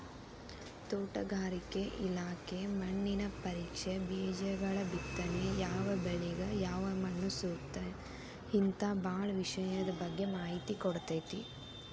ತೋಟಗಾರಿಕೆ ಇಲಾಖೆ ಮಣ್ಣಿನ ಪರೇಕ್ಷೆ, ಬೇಜಗಳಬಿತ್ತನೆ ಯಾವಬೆಳಿಗ ಯಾವಮಣ್ಣುಸೂಕ್ತ ಹಿಂತಾ ಬಾಳ ವಿಷಯದ ಬಗ್ಗೆ ಮಾಹಿತಿ ಕೊಡ್ತೇತಿ